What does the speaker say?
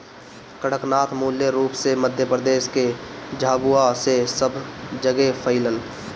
कड़कनाथ मूल रूप से मध्यप्रदेश के झाबुआ से सब जगेह फईलल